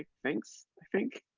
thanks, i think?